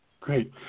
great